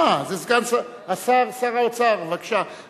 אה, סגן שר האוצר, בבקשה.